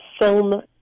film